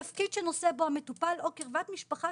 תפקיד שנושא בו המטופל או קרבת משפחה